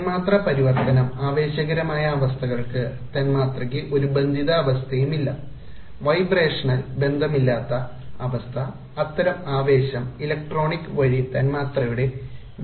തന്മാത്രാ പരിവർത്തനം ആവേശകരമായ അവസ്ഥകൾക്ക് തന്മാത്രയ്ക്ക് ഒരു ബന്ധിത അവസ്ഥയും ഇല്ല വൈബ്രേഷണൽ ബന്ധമില്ലാത്ത അവസ്ഥ അത്തരം ആവേശം ഇലക്ട്രോണിക് വഴി തന്മാത്രയുടെ വിഘടനത്തിലേക്ക് നയിക്കുന്നു